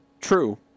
True